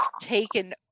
taken